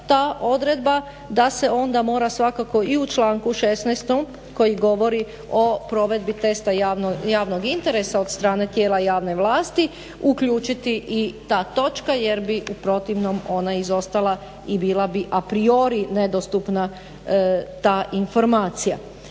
ta odredba da se onda mora svakako i u članku 16. koji govori o provedbi testa javnog interesa od strane tijela javne vlasti uključiti i ta točka jer bi u protivnom ona izostala i bila bi a priori nedostupna ta informacija.